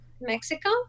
mexico